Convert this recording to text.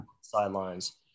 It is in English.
Sidelines